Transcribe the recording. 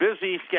busy